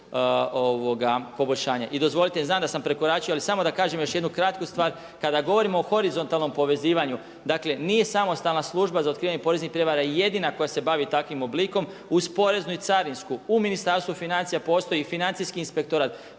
I dozvolite mi, znam da sam prekoračio ali samo da kažem još jednu kratku stvara, kada govorimo o horizontalnom povezivanju, dakle nije samostalna služba za otkrivanje poreznih prijevara jedina koja se bavi takvim oblikom. Uz poreznu i carinsku u Ministarstvu financija postoji i financijski inspektorat.